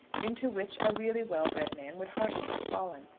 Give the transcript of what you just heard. into which a really well-bred man would hardly have fallen.